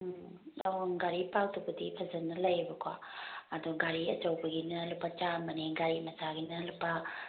ꯎꯝ ꯑꯪ ꯒꯥꯔꯤ ꯄꯥꯛꯇꯨꯕꯨꯗꯤ ꯐꯖꯅ ꯂꯩꯌꯦꯕꯀꯣ ꯑꯗꯨ ꯒꯥꯔꯤ ꯑꯆꯧꯕꯒꯤꯅ ꯂꯨꯄꯥ ꯆꯥꯝꯃꯅꯤ ꯒꯥꯔꯤ ꯃꯆꯥꯒꯤꯅ ꯂꯨꯄꯥ